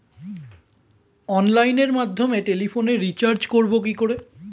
অনলাইনের মাধ্যমে টেলিফোনে রিচার্জ করব কি করে?